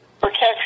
protection